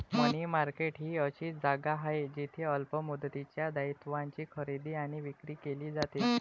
मनी market ही अशी जागा आहे जिथे अल्प मुदतीच्या दायित्वांची खरेदी आणि विक्री केली जाते